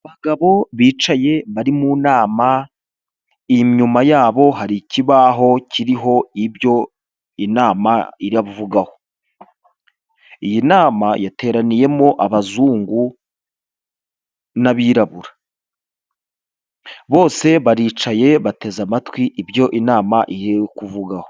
Abagabo bicaye bari mu nama inyuma yabo hari ikibaho kiriho ibyo inama iravugaho, iyi nama yateraniyemo abazungu n'abirabura bose baricaye bateze amatwi ibyo inama igiye kuvugaho.